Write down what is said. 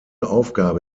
aufgabe